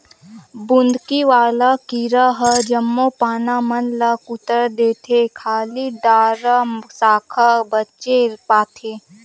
बुंदकी वाला कीरा ह जम्मो पाना मन ल कुतर देथे खाली डारा साखा बचे पाथे